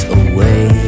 away